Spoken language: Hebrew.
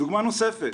דוגמה נוספת: